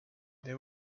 they